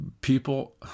people